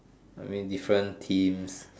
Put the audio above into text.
I mean different teams